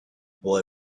boy